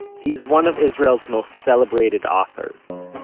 he's one of israel's most celebrated authors,